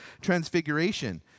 transfiguration